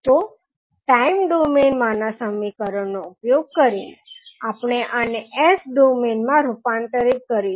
તો time domain માંના સમીકરણનો ઉપયોગ કરીને આપણે આને S ડોમઇન માં રૂપાંતરિત કરીશું